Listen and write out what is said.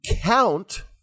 count